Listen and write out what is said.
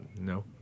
no